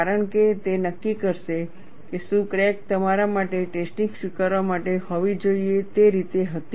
કારણ કે તે નક્કી કરશે કે શું ક્રેક તમારા માટે ટેસ્ટિંગ સ્વીકારવા માટે હોવી જોઈએ તે રીતે હતી